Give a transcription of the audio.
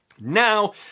now